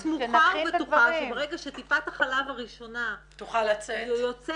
ברגע שטיפת החלב הראשונה יוצאת,